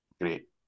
Great